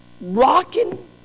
rocking